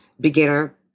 beginner